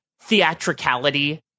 theatricality